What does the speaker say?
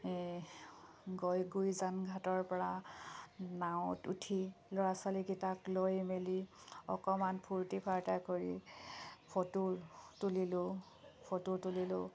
গৈ গুৰিজান ঘাটৰপৰা নাৱত উঠি ল'ৰা ছোৱালীকেইটাক লৈ মেলি অকণমান ফূৰ্তি ফাৰ্তা কৰি ফটো তুলিলোঁ ফটো তুলিলোঁ